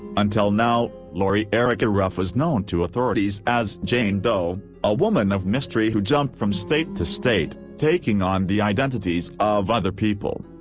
until now, lori erica ruff was known to authorities as jane doe a woman of mystery who jumped from state to state, taking on the identities of other people.